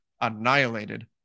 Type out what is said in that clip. annihilated